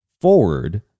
forward